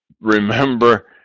remember